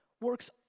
works